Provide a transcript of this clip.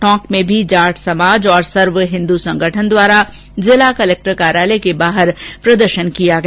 टोंक में भी जाट समाज और सर्व हिन्द् संगठन द्वारा जिला कलेक्टर कार्यालय के बाहर प्रदर्शन किया गया